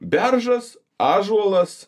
beržas ąžuolas